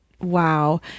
wow